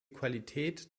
qualität